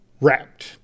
Wrapped